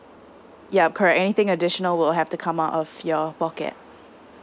yup correct anything additional will have to come out of your pocket